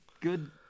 good